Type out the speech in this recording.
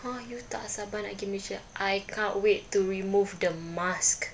!huh! you tak sabar nak pergi malaysia I can't wait to remove the mask